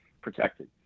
protected